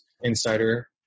insider